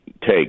take